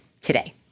today